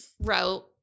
Wrote